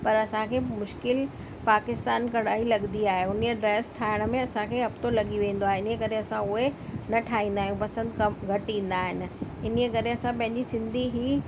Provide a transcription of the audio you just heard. त असांखे मुश्किलु पाकिस्तान कढ़ाई लॻदी आहे उन जी ड्रेस ठाहिण में असांखे हफ़्तो लॻी वेंदो आहे इन ई करे असां उहे न ठाहींदा आहियूं बसंत कम घटि ईंदा आहिनि इन ई करे असां पंहिंजी सिंधी ही